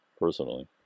personally